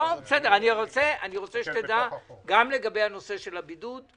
אני רוצה שתדע גם לגבי הנושא של הבידוד,